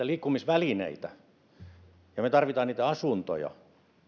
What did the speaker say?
liikkumisvälineitä ja me tarvitsemme niitä asuntoja